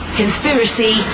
conspiracy